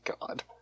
God